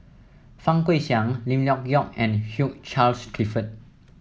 Fang Guixiang Lim Leong Geok and Hugh Charles Clifford